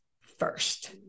first